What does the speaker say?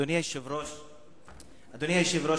אדוני היושב-ראש,